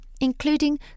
including